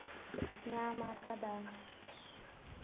ᱧᱟᱢ ᱟᱠᱟᱫᱟᱢ